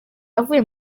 avuye